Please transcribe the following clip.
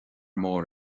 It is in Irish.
mór